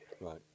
right